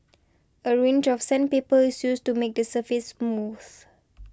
a range of sandpaper is used to make the surface smooth